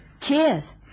Cheers